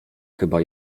chyba